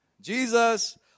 Jesus